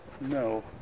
No